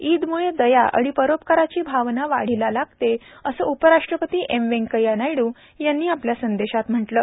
ईदम्ळे दया आणि परोपकाराची भावना वाढीला लागते असं उपराष्ट्रपती एम वंकैय्या नायडू यांनी आपल्या संदेशात म्हटलं आहे